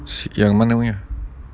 si~ yang mana punya